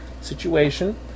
situation